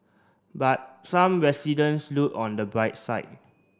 but some residents look on the bright side